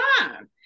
time